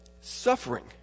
suffering